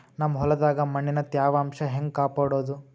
ನಮ್ ಹೊಲದಾಗ ಮಣ್ಣಿನ ತ್ಯಾವಾಂಶ ಹೆಂಗ ಕಾಪಾಡೋದು?